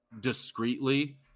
discreetly